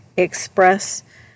Express